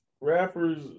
rappers